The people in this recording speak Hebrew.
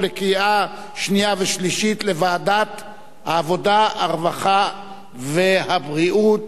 לוועדת העבודה, הרווחה והבריאות